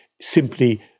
simply